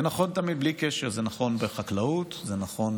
זה נכון תמיד, בלי קשר, זה נכון בחקלאות, זה נכון